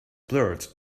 blurred